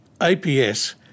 APS